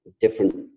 different